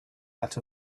that